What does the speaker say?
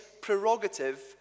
prerogative